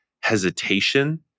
hesitation